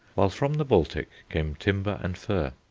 while from the baltic came timber and fur.